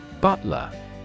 Butler